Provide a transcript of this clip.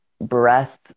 breath